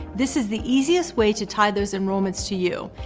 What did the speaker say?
this is the easiest way to tie those enrollments to you.